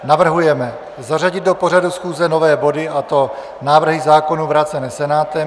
Navrhujeme zařadit do pořadu schůze nové body, a to návrhy zákonů vrácené Senátem.